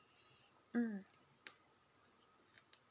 mm